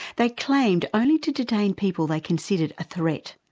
they claimed only to detain people they considered a threat,